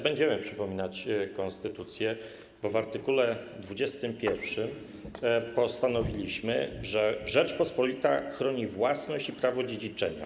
Będziemy przypominać konstytucję, bo w art. 21 postanowiliśmy, że Rzeczpospolita chroni własność i prawo dziedziczenia.